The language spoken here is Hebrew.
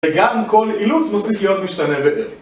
וגם כל אילוץ מוסיף להיות משתנה בערך.